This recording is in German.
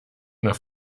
nach